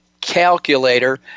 Calculator